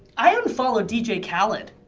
i unfollowed dj khaled.